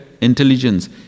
intelligence